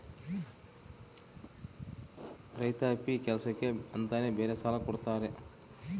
ರೈತಾಪಿ ಕೆಲ್ಸಕ್ಕೆ ಅಂತಾನೆ ಬೇರೆ ಸಾಲ ಕೊಡ್ತಾರ